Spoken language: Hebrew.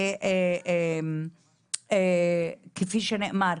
כפי שנאמר,